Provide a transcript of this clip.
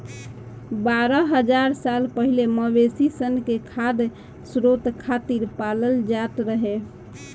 बारह हज़ार साल पहिले मवेशी सन के खाद्य स्रोत खातिर पालल जात रहे